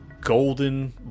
golden